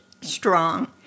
strong